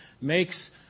makes